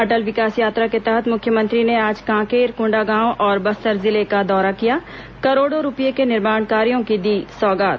अटल विकास यात्रा के तहत मुख्यमंत्री ने आज कांकेर कोंडागांव और बस्तर जिले का दौरा किया करोड़ों रूपये के निर्माण कार्यों की दी सौगात